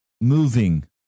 moving